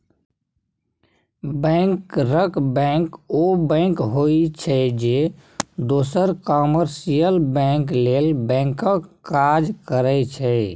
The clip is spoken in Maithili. बैंकरक बैंक ओ बैंक होइ छै जे दोसर कामर्शियल बैंक लेल बैंकक काज करै छै